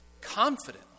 Confidently